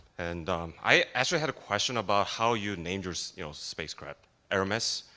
and i actually had a question about how you named your so you know spacecraft hermes,